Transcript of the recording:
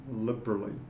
liberally